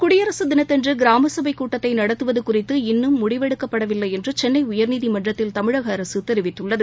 குடியரசு தினத்தன்று கிராமசபை கூட்டத்தை நடத்துவது குறித்து இன்னும் முடிவெடுக்கவில்லை என்று சென்னை உயர்நீதிமன்றத்தில் தமிழக அரசு தெரிவித்துள்ளது